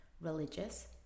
Religious